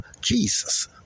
Jesus